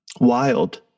wild